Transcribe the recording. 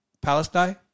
Palestine